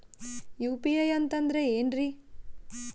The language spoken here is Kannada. ಯು.ಪಿ.ಐ ಅಂತಂದ್ರೆ ಏನ್ರೀ?